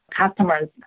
customers